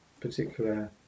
particular